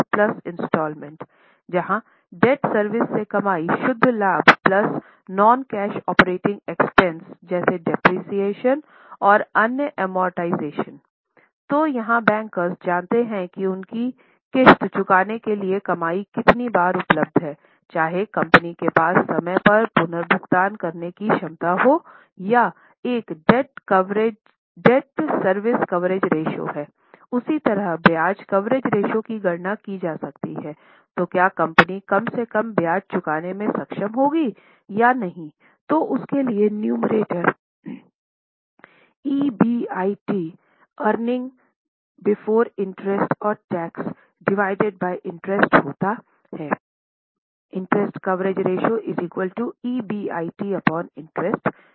जहाँ डेब्ट सर्विस से कमाई शुद्ध लाभ नॉन कैश ऑपरेटिंग एक्सपेंस जैसे डेप्रिसिएशन और अन्य अमॉर्टिसिशन तो यहाँ बैंकर्स जानते हैं कि उनकी किस्त चुकाने के लिए कमाई कितनी बार उपलब्ध है चाहे कंपनी के पास समय पर पुनर्भुगतान करने की क्षमता होयह एक डेब्ट service coverage ratio earning before interest and tax divided by interest होता है